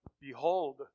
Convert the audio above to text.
behold